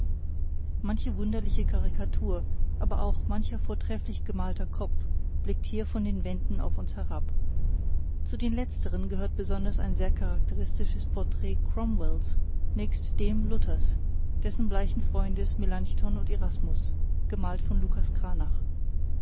manche wunderliche karikatur aber auch mancher vortrefflich gemalter kopf blickt hier von den wänden auf uns herab zu den letzteren gehört besonders ein sehr charakteristisches porträt cromwells nächst dem luthers dessen bleichen freundes melanchthon und erasmus gemalt von lucas